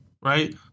Right